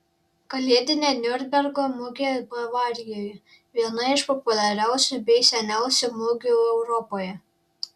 kalėdinė niurnbergo mugė bavarijoje viena iš populiariausių bei seniausių mugių europoje